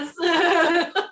Yes